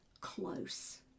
close